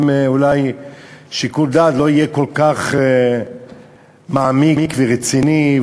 אולי שיקול הדעת לא יהיה כל כך מעמיק ורציני,